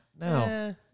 No